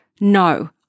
No